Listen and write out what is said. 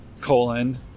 colon